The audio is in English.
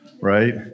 Right